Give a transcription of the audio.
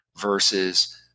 versus